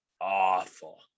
awful